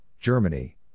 Germany